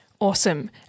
Awesome